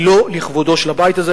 היא לא לכבודו של הבית הזה,